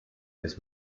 his